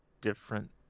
different